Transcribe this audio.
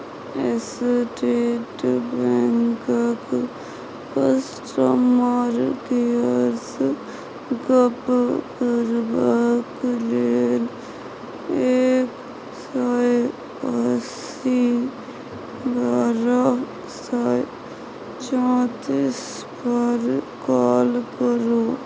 state बैंकक customer केयरसँ गप्प करबाक लेल एक सय अस्सी बारह सय चौतीस पर काँल करु